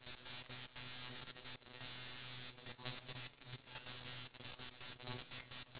but one thing about me I feel like I want to go to these places I want to visit the country but